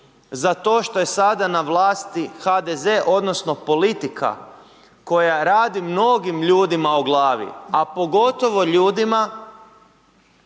za to što je sada na vlasti HDZ odnosno politika koja radi mnogim ljudima o glavi, a pogotovo ljudima